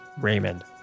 Raymond